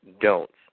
don'ts